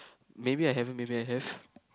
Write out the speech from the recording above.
maybe I haven't maybe I have